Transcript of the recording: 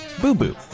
Boo-Boo